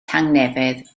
tangnefedd